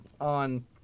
on